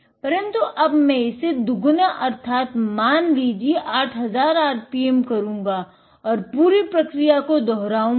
परन्तु अब मै इसे दुगुना अर्थात मान लीजिये 8000 rpm करूंगा और पूरी प्रक्रिया को दोहराऊंगा